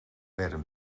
werden